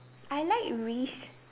I like Reese